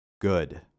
Good